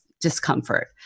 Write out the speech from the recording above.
discomfort